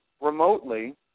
remotely